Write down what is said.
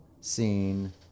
seen